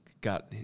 got